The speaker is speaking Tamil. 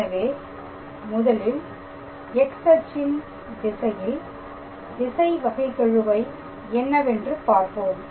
எனவே முதலில் X அச்சின் திசையில் திசை வகைகெழுவை என்னவென்று பார்ப்போம்